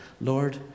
Lord